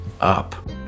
up